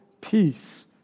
peace